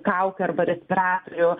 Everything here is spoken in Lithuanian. kaukių arba respiratorių